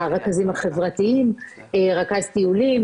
רכז טיולים,